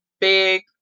big